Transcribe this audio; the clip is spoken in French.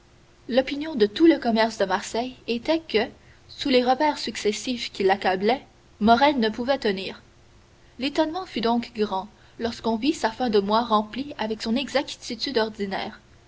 l'opinion de tout le commerce de marseille était que sous les revers successifs qui l'accablaient morrel ne pouvait tenir l'étonnement fut donc grand lorsqu'on vit sa fin de mois remplie avec son exactitude ordinaire